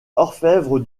orfèvre